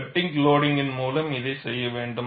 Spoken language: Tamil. ஃப்பெட்டிக் லோடிங்க் மூலம் இதைச் செய்ய வேண்டும்